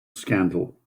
scandal